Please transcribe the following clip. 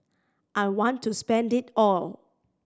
I want to spend it all